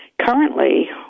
Currently